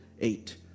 eight